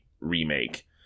remake